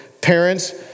parents